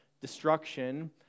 destruction